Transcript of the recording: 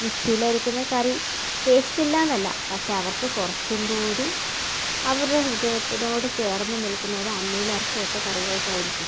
മിക്സിയിലരയ്ക്കുന്ന കറി ടേസ്റ്റില്ല എന്നല്ല പക്ഷെ അവർക്ക് കുറച്ചുംകൂടി അവരുടെ ഹൃദയത്തിനോട് ചേർന്ന് നിൽക്കുന്നത് അമ്മിയിലരച്ചുവെച്ച കറികൾക്കായിരിക്കും